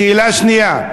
שאלה שנייה: